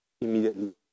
immediately